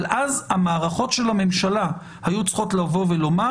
אבל אז המערכות של הממשלה היו צריכות לבוא ולומר: